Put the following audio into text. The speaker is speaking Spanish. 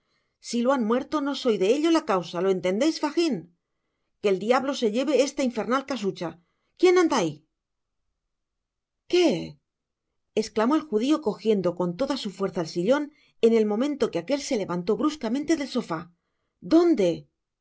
si lo han muerto no soy yo de ello la causa lo entendeis fagin que el diablo so lleve esta infernal casucha quién anda ahi qué esclamó el judio eojiendo con toda su fuerza el si uon en el momento que aquel se levantó bruscamente del sofá dónde